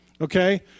Okay